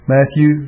Matthew